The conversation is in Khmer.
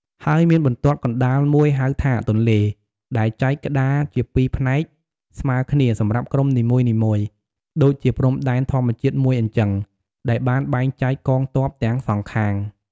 ហើយមានបន្ទាត់កណ្តាលមួយហៅថា ទន្លេ ដែលចែកក្តារជាពីរផ្នែកស្មើគ្នាសម្រាប់ក្រុមនីមួយៗ ដូចជាព្រំដែនធម្មជាតិមួយអញ្ចឹង ដែលបានបែងចែកកងទ័ពទាំងសងខាង។